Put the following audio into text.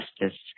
Justice